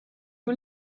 you